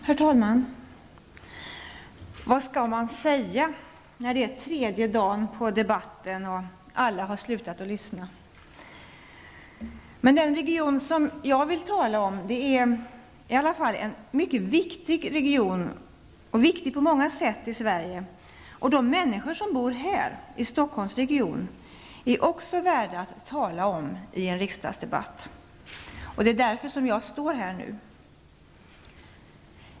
Herr talman! Vad skall man säga när det är tredje dagen av debatten och alla slutat lyssna? Den region jag vill tala om är i alla fall på många sätt en mycket viktig region i Sverige. De människor som bor i Stockholmsregionen är också värda att tala om i en riksdagsdebatt. Det är därför som jag står här nu.